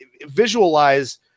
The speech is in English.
visualize